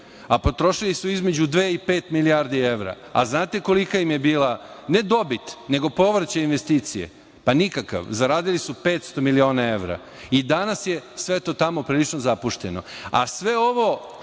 a potrošili su između dve i pet milijardi evra, a znate kolika im je bio povraćaj investicije? Pa, nikakav. Zaradili su 500 miliona evra i danas je sve to tamo prilično zapušteno, a sve ovo